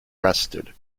rested